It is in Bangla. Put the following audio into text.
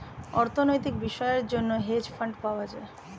অর্থনৈতিক বিষয়ের জন্য হেজ ফান্ড পাওয়া যায়